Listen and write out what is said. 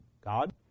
God